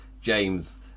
james